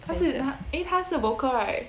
等一下